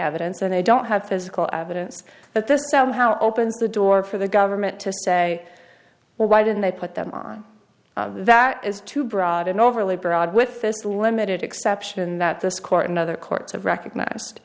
evidence and they don't have physical evidence that this somehow opens the door for the government to say well why didn't they put them on that is too broad and overly broad with this limited exception that this court and other courts have recognized